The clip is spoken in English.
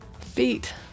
feet